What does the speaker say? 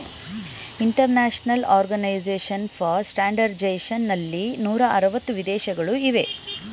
international organisation for standardisation ನಲ್ಲಿ ನೂರ ಅರವತ್ತು ವಿದೇಶಗಳು ಇವೆ